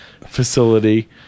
facility